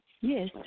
Yes